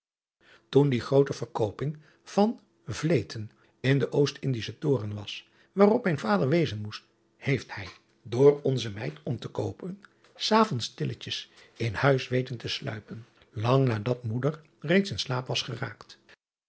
oen die groote verkooping van leeten in den ost ndischen oren was waarop mijn vader wezen moest heeft hij door onze meid om te koopen s avonds stilletjes in huis weten te sluipen lang nadat moeder reeds in slaap was geraakt